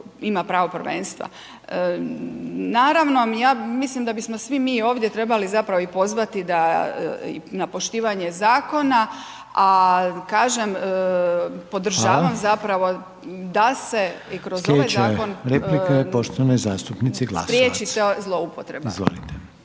ima pravo prvenstva. Naravno ja mislim da bismo svi mi ovdje trebali zapravo i pozvati da na poštivanje zakona, a kažem podržavam zapravo …/Upadica: Hvala./… da se i kroz ovaj zakon spriječi ta zloupotreba. **Reiner,